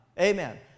Amen